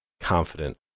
confident